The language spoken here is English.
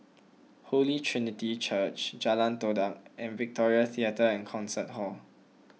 Holy Trinity Church Jalan Todak and Victoria theatre and Concert Hall